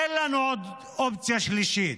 אין לנו אופציה שלישית.